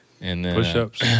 Push-ups